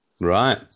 Right